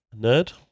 Nerd